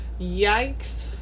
yikes